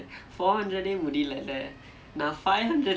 I'm like already dying okay then three hundred